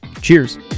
Cheers